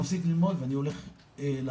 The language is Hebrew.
מפסיק ללמוד ואני הולך לעבוד,